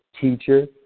teacher